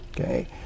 Okay